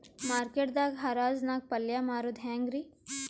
Market ದಾಗ್ ಹರಾಜ್ ನಾಗ್ ಪಲ್ಯ ಮಾರುದು ಹ್ಯಾಂಗ್ ರಿ?